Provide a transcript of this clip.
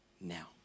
now